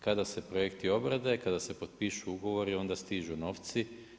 Kada se projekti obrade, kada se potpišu ugovori, onda stižu novci.